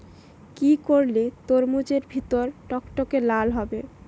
কি করলে তরমুজ এর ভেতর টকটকে লাল হবে?